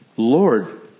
lord